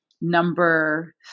number